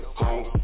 home